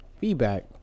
feedback